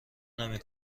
نمی